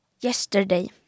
yesterday